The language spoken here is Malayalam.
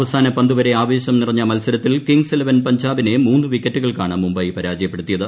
അവസാന പന്തുവരെ ആവേശം നിറഞ്ഞ മത്സരത്തിൽ കിങ്സ് ഇലവൻ പഞ്ചാബിനെ മൂന്ന് വിക്കറ്റുകൾക്കാണ് മുംബൈ പരാജയപ്പെടുത്തിയത്